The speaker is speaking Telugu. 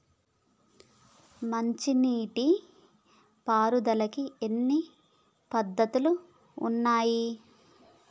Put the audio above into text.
మంచి నీటి పారుదలకి ఎన్ని పద్దతులు ఉన్నాయి?